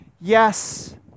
yes